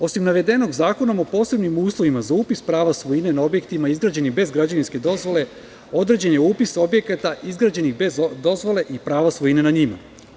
Osim navedenog, Zakonom o posebnim uslovima za upis prava svojine na objektima izgrađenih bez građevinske dozvole je određen upis objekata izgrađenih bez dozvole i prava svojine na njima.